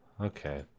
okay